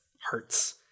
hurts